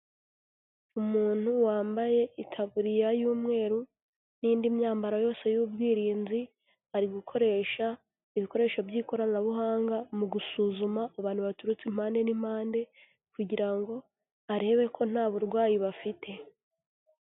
Umuntu wambaye itaburiya y'umweru n'indi myambaro yose y'ubwirinzi ari gukoresha ibikoresho by'ikoranabuhanga mu gusuzuma abantu baturutse impande n'impande kugira ngo arebe ko nta burwayi bafite.